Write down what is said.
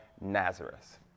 Nazareth